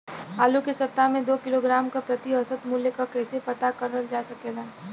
आलू के सप्ताह में दो किलोग्राम क प्रति औसत मूल्य क कैसे पता करल जा सकेला?